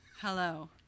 hello